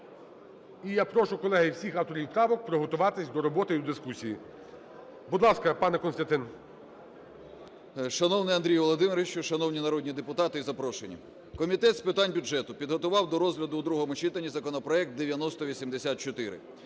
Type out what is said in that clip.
І я прошу, колеги, всіх авторів правок приготуватися до роботи і дискусії. Будь ласка, пане Костянтин. 11:45:55 ІЩЕЙКІН К.Є. Шановний Андрій Володимирович, шановні народні депутати і запрошені! Комітет з питань бюджету підготував до розгляду в другому читанні законопроект 9084,